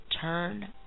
turn